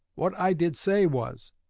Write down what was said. what i did say was,